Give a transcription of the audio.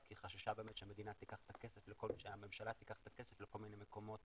כי היא חששה שהממשלה תיקח את הכסף לכל מיני מקומות